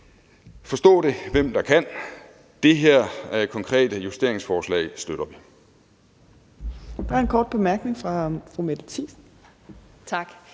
Forstå det, hvem der kan. Det her konkrete justeringsforslag støtter vi.